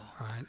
Right